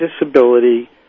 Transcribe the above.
disability